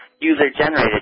user-generated